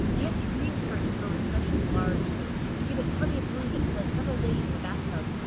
i had dreams for it to grow especially large, so to give it plenty of room, it spent several days in a bathtub.